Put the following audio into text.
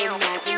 Imagine